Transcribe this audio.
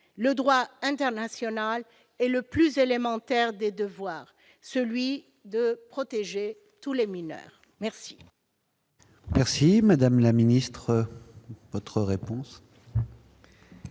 le droit international et le plus élémentaire des devoirs, celui de protéger tous les mineurs ?